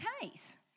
case